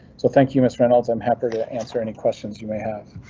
so thank you, miss reynolds. i'm happy to answer any questions you may have.